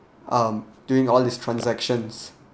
um doing all these transactions